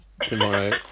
tomorrow